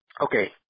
okay